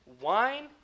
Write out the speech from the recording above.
wine